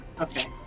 Okay